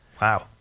Wow